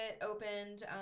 opened